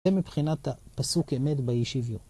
זה מבחינת הפסוק אמת באי שיוויון